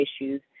issues